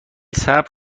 صبر